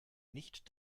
nicht